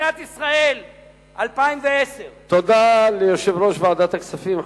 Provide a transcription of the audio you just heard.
מדינת ישראל 2010. תודה ליושב-ראש ועדת הכספים,